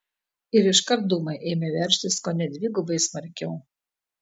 ir iškart dūmai ėmė veržtis kone dvigubai smarkiau